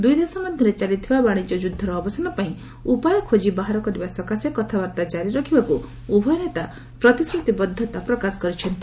ଦୁଇଦେଶ ମଧ୍ୟରେ ଚାଲିଥିବା ବାଣିଜ୍ୟ ଯୁଦ୍ଧର ଅବସାନ ପାଇଁ ଉପାୟ ଖୋଜି ବାହାର କରିବା ସକାଶେ କଥାବାର୍ତ୍ତା ଜାରି ରଖିବାକୁ ଉଭୟ ନେତା ପ୍ରତିଶ୍ରତିବଦ୍ଧତା ପ୍ରକାଶ କରିଛନ୍ତି